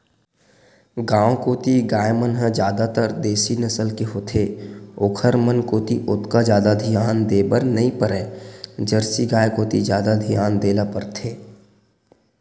गांव कोती गाय मन ह जादातर देसी नसल के होथे ओखर मन कोती ओतका जादा धियान देय बर नइ परय जरसी गाय कोती जादा धियान देय ल परथे